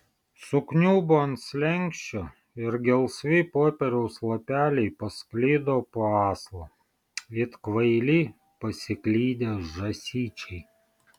sukniubo ant slenksčio ir gelsvi popieriaus lapeliai pasklido po aslą it kvaili pasiklydę žąsyčiai